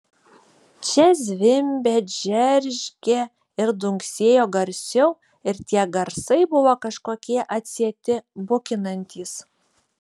čia zvimbė džeržgė ir dunksėjo garsiau ir tie garsai buvo kažkokie atsieti bukinantys